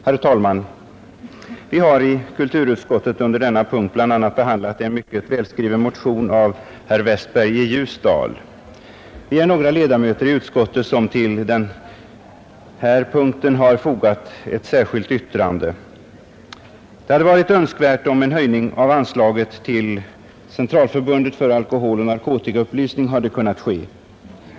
Herr talman! Vi har i kulturutskottet under denna punkt bl.a. behandlat en mycket välskriven motion av herr Westberg i Ljusdal. Vi är några ledamöter i utskottet som vid denna punkt har fogat ett särskilt yttrande. Det hade varit önskvärt om en höjning av anslaget till Centralförbundet för alkoholoch narkotikaupplysning hade kunnat ske.